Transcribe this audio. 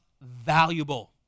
valuable